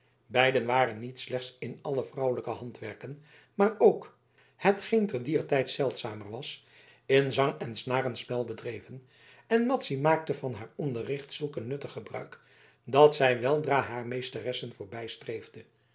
beiden waren niet slechts in alle vrouwelijke handwerken maar ook hetgeen te dier tijd zeldzamer was in zang en snarenspel bedreven en madzy maakte van haar onderricht zulk een nuttig gebruik dat zij weldra haar meesteressen